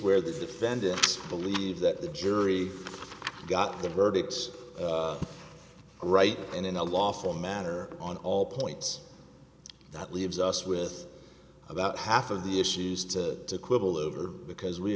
where the defendants believe that the jury got the verdicts right and in a lawful manner on all points that leaves us with about half of the issues to quibble over because we